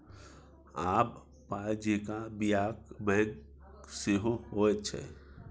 आब पाय जेंका बियाक बैंक सेहो होए छै